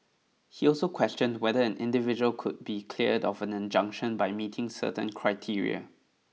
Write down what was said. he also questioned whether an individual could be cleared of an injunction by meeting certain criteria